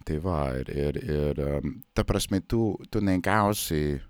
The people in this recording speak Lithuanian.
tai va ir ir ir ta prasme tu tu negausi